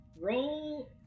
roll